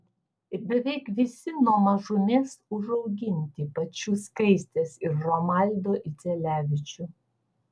ir beveik visi nuo mažumės užauginti pačių skaistės ir romaldo idzelevičių